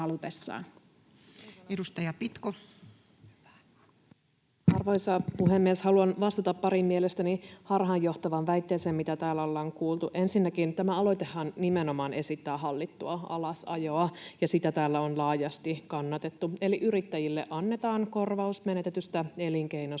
Content: Arvoisa puhemies! Haluan vastata pariin mielestäni harhaanjohtavaan väitteeseen, mitä täällä ollaan kuultu: Ensinnäkin tämä aloitehan nimenomaan esittää hallittua alasajoa, ja sitä täällä on laajasti kannatettu. Eli yrittäjille annetaan korvaus menetetystä elinkeinosta